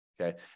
okay